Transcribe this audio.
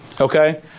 okay